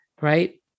Right